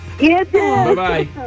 Bye-bye